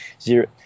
Zero